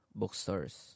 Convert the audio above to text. bookstores